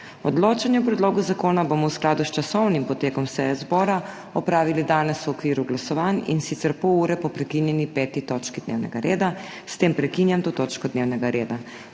Odločanje o predlogu zakona bomo v skladu s časovnim potekom seje zbora opravili danes v okviru glasovanj, in sicer pol ure po prekinjeni 5. točki dnevnega reda. S tem prekinjam to točko dnevnega reda.